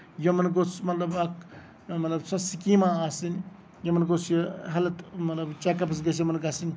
یِمن گوٚھ مطلب اکھ مطلب سۄ سِکیٖما آسٕنۍ یِمن گوٚھ یہِ مطلب ہیلتھ چیک اَپٔس گٔژھ مطلب یِم گژھٕنۍ